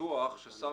בטוח ששר